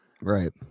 Right